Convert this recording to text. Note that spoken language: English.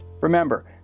Remember